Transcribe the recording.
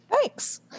Thanks